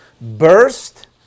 burst